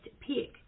pick